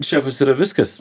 šefas yra viskas